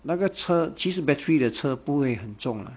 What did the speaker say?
那个车其实 battery 的车不会很重 lah